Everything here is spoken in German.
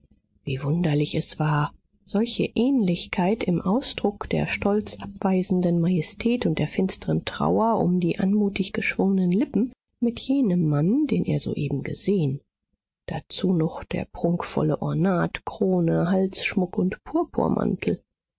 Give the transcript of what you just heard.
wie wunderlich es war solche ähnlichkeit im ausdruck der stolz abweisenden majestät und der finsteren trauer um die anmutig geschwungenen lippen mit jenem mann den er soeben gesehen dazu noch der prunkvolle ornat krone halsschmuck und